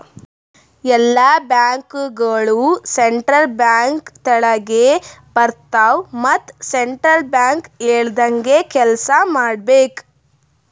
ಎಲ್ಲಾ ಬ್ಯಾಂಕ್ಗೋಳು central bank ತೆಳಗೆ ಬರ್ತಾವ ಮತ್ ಸೆಂಟ್ರಲ್ ಬ್ಯಾಂಕ್ ಹೇಳ್ದಂಗೆ ಕೆಲ್ಸಾ ಮಾಡ್ಬೇಕ್